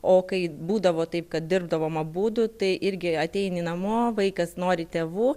o kai būdavo taip kad dirbdavom abudu tai irgi ateini namo vaikas nori tėvų